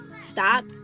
stop